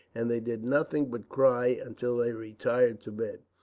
and they did nothing but cry, until they retired to bed.